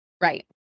Right